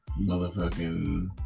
motherfucking